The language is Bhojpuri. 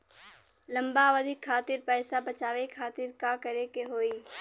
लंबा अवधि खातिर पैसा बचावे खातिर का करे के होयी?